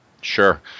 sure